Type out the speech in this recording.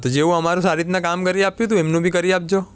તો જેવું અમારું સારી રીતના કામ કરી આપ્યું તું એમનું બી કરી આપજો